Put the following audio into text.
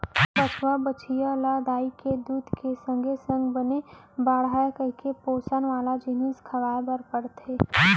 बछवा, बछिया ल दाई के दूद के संगे संग बने बाढ़य कइके पोसन वाला जिनिस खवाए बर परथे